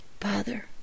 Father